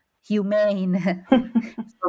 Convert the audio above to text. humane